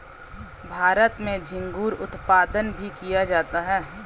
भारत में झींगुर उत्पादन भी किया जाता है